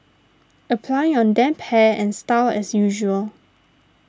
apply on damp hair and style as usual